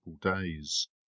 days